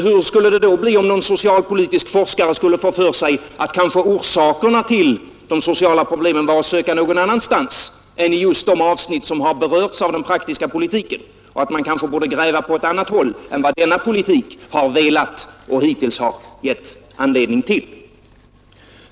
Hur skulle det då bli om någon socialpolitisk forskare skulle få för sig att orsakerna till de sociala problemen kanske var att söka någon annanstans än i just de avsnitt som har berörts av den praktiska politiken och att man kanske borde gräva på annat håll än vad denna politik hittills givit anledning till.